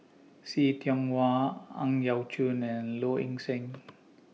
See Tiong Wah Ang Yau Choon and Low Ing Sing